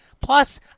Plus